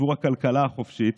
בעבור הכלכלה החופשית